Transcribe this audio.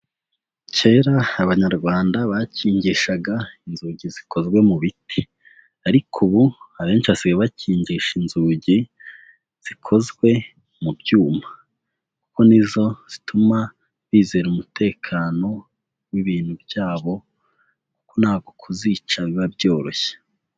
Kera Abanyarwanda bakingishaga inzugi zikozwe mu biti, ariko ubu abenshi basigaye bakingisha inzugi zikozwe mu byuma, kuko nizo zituma bizera umutekano w'ibintu byabo, kuko ntabwo kuzica biba byoroshye.